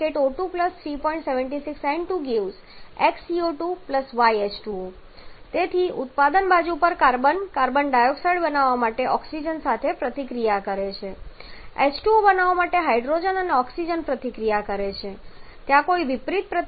76 N2 🡪 x CO2 y H2O તેથી ઉત્પાદન બાજુ પર કાર્બન કાર્બન ડાયોક્સાઇડ બનાવવા માટે ઓક્સિજન સાથે પ્રતિક્રિયા કરે છે H2O બનાવવા માટે હાઇડ્રોજન ઓક્સિજન સાથે પ્રતિક્રિયા કરે છે ત્યાં કોઈ વિપરીત પ્રતિક્રિયા નથી